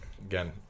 again